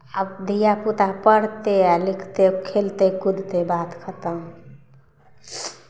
आब धीयापुता पढ़तै आ लिखतै खेलतै कुदतै बात खतम